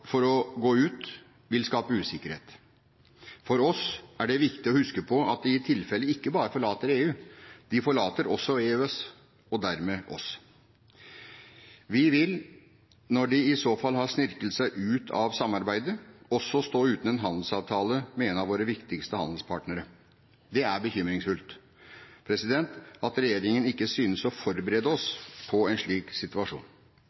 for å gå ut vil skape usikkerhet. For oss er det viktig å huske på at de i tilfelle ikke bare forlater EU, de forlater også EØS og dermed oss. Vi vil, når de i så fall har snirklet seg ut av samarbeidet, også stå uten en handelsavtale med en av våre viktigste handelspartnere. Det er bekymringsfullt at regjeringen ikke synes å forberede oss på en slik situasjon.